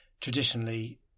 traditionally